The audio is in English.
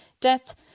death